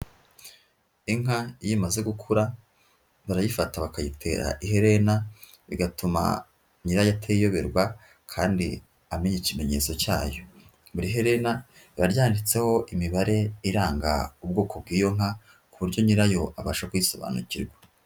Inka iyo imaze gukura, barayifata bakayitera iherena, bigatuma nyirayo atayiyoberwa, kandi amenya ikimenyetso cyayo. Buri herena riba ryanditseho imibare iranga ubwoko bw'iyo nka, ku buryo nyirayo abasha kuyisobanukirwa.